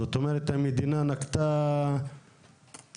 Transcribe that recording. זאת אומרת המדינה נקטה צד,